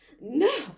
No